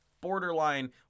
borderline